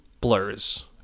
blurs